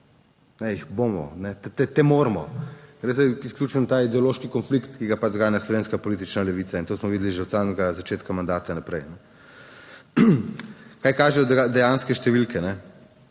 jih bomo, ne moremo, gre za izključno ta ideološki konflikt, ki ga pač zganja slovenska politična levica in to smo videli že od samega začetka mandata naprej. Kaj kažejo dejanske številke?